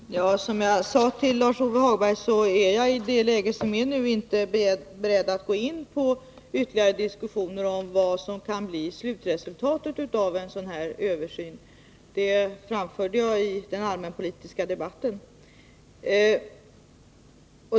Herr talman! Som jag sade i svaret till Lars-Ove Hagberg, är jag i nuläget inte beredd att gå in på en ytterligare diskussion om vad som kan bli resultatet av en sådan här översyn. Det framförde jag också i den allmänpolitiska debatten.